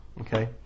Okay